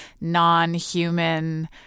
non-human